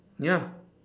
ya